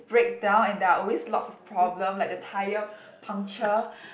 break down and there are always lots of problem like the tire puncture